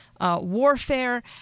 warfare